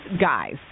guys